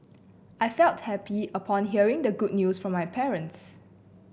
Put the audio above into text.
I felt happy upon hearing the good news from my parents